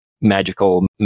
magical